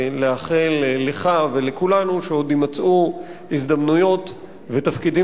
ולאחל לך ולכולנו שעוד יימצאו הזדמנויות ותפקידים